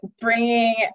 bringing